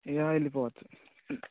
ఇక వెళ్ళిపోవచ్చు